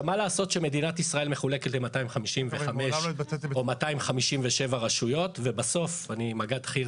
מה לעשות שמדינת ישראל מחולקת ל-255 או 257 רשויות ובסוף יש ראש עיר